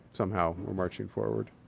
somehow, we're marching forward.